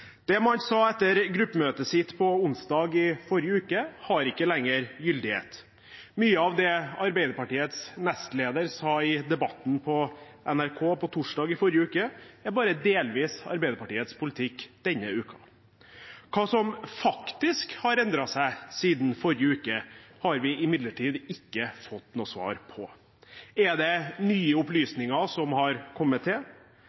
Det man sa etter gruppemøtet sitt på onsdag forrige uke, har ikke lenger gyldighet. Mye av det Arbeiderpartiets nestleder sa i debatten på NRK torsdag i forrige uke, er bare delvis Arbeiderpartiets politikk denne uka. Hva som faktisk har endret seg siden forrige uke, har vi imidlertid ikke fått noe svar på. Er det nye opplysninger som har kommet til?